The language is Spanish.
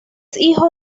hijo